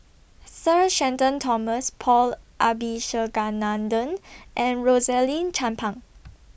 Sir Shenton Thomas Paul Abisheganaden and Rosaline Chan Pang